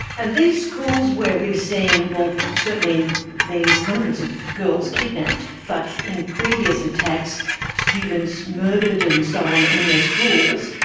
and these schools where we've seen, well, certainly these hundreds of girls kidnapped, but in previous attacks students murdered and so on in their schools,